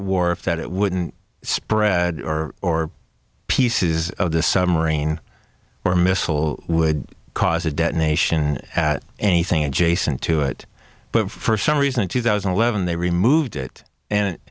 war if that it wouldn't spread or or pieces of the submarine or a missile would cause a detonation at anything adjacent to it but for some reason in two thousand and eleven they removed it and